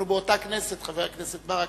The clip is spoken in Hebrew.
אנחנו באותה כנסת, חבר הכנסת ברכה,